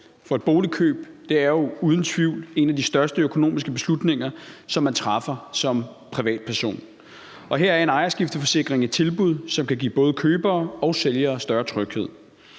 For et boligkøb er uden tvivl en af de største økonomiske beslutninger, som man træffer som privatperson, og her er en ejerskifteforsikring et tilbud, som kan give både købere og sælgere større tryghed.